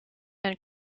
and